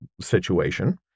situation